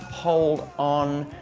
hold on.